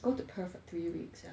go to perth for three weeks ah